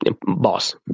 boss